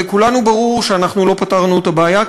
אבל לכולנו ברור שלא פתרנו את הבעיה,